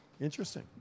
Interesting